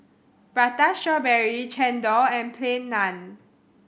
Prata Strawberry Chendol and Plain Naan